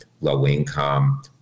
low-income